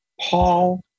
Paul